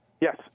Yes